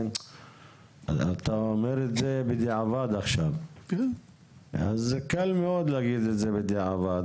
אתה אומר את זה עכשיו בדיעבד וקל מאוד לומר את זה בדיעבד.